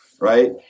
Right